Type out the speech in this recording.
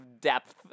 depth